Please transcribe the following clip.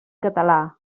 català